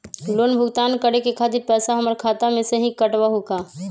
Loan भुगतान करे के खातिर पैसा हमर खाता में से ही काटबहु का?